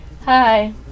hi